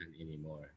anymore